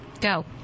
Go